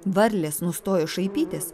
varlės nustojo šaipytis